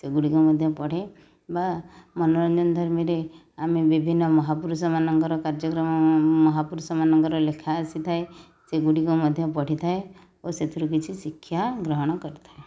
ସେଗୁଡ଼ିକ ମଧ୍ୟ ପଢ଼େ ବା ମନୋରଞ୍ଜନ ଧର୍ମୀରେ ଆମେ ବିଭିନ୍ନ ମହାପୁରୁଷ ମାନଙ୍କର କାର୍ଯ୍ୟକ୍ରମ ମହାପୁରୁଷ ମାନଙ୍କର ଲେଖା ଆସିଥାଏ ସେଗୁଡ଼ିକ ମଧ୍ୟ ପଢ଼ିଥାଏ ଓ ସେଥିରୁ କିଛି ଶିକ୍ଷାଗ୍ରହଣ କରିଥାଏ